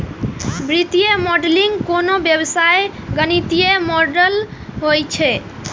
वित्तीय मॉडलिंग कोनो व्यवसायक गणितीय मॉडल होइ छै